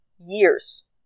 years